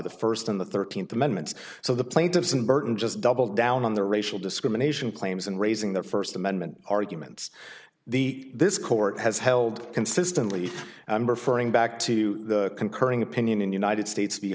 the first in the thirteenth amendments so the plaintiffs in burton just doubled down on the racial discrimination claims and raising their first amendment arguments the this court has held consistently referring back to the concurring opinion in united states